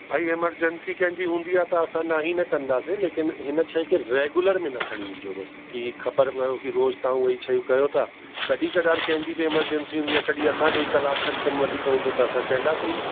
भाई एमरजैंसी कंहिंजी हूंदी आहे त असां न ही न कंदासि लेकिनि हिन शइ खे रैगुलर में न खणी अचिजो बसि कि ख़बर पियो कि रोज़ु तव्हां उहे ई शयूं कयो था कॾहिं कडार कंहिंजी बि एमरजैंसी हूंदी आहे कॾहिं असांजो ई कलाकु खनि कमु वधीक हूंदो त असां चईंदासीं